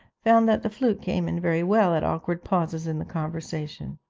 found that the flute came in very well at awkward pauses in the conversation.